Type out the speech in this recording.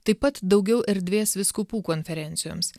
taip pat daugiau erdvės vyskupų konferencijoms